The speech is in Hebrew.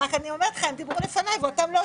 אני רק אומרת שהם דיברו לפניי ואותם לא הוצאת.